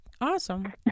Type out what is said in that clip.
Awesome